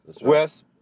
Wes